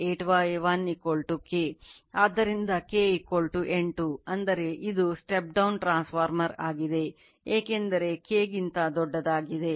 ಆದ್ದರಿಂದ K 8 ಅಂದರೆ ಇದು ಸ್ಟೆಪ್ ಡೌನ್ ಟ್ರಾನ್ಸ್ಫಾರ್ಮರ್ ಆಗಿದೆ ಏಕೆಂದರೆ K ಗಿಂತ ದೊಡ್ಡದಾಗಿದೆ